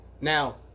now